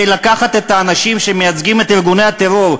לקחת את האנשים שמייצגים את ארגוני הטרור,